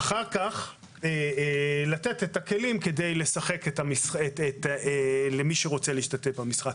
אחר כך לתת את הכלים למי שרוצה להשתתף במשחק.